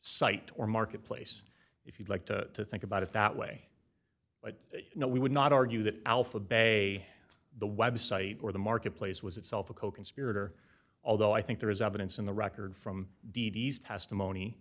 site or marketplace if you'd like to think about it that way but you know we would not argue that alphabet a the website or the marketplace was itself a coconspirator although i think there is evidence in the record from d d s testimony